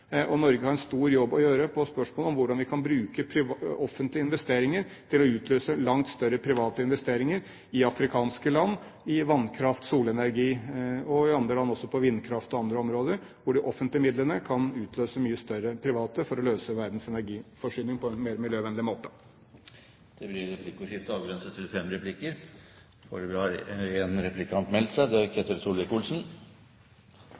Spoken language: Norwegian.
strøm. Norge har en stor jobb å gjøre i spørsmålet om hvordan vi kan bruke offentlige investeringer til å utløse langt større private investeringer i afrikanske land i vannkraft og solenergi, og i andre land også på vindkraft og andre områder, hvor de offentlige midlene kan utløse mye større private investeringer for å løse verdens energiforsyning på en mer miljøvennlig måte. Det blir replikkordskifte.